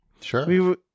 Sure